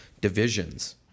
divisions